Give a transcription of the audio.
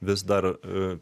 vis dar